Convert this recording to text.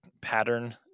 pattern